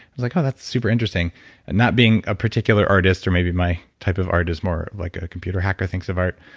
like, oh that's super interesting and not being a particular artist or maybe my type of art is more like a computer hacker thinks of art,